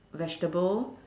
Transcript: vegetable